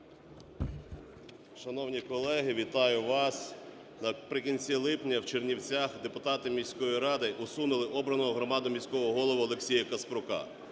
Шановні колеги, вітаю вас. Наприкінці липня в Чернівцях депутати міської ради усунули обраного громадою міського голову Олексія Каспрука.